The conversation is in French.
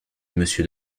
monsieur